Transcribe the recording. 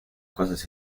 cosas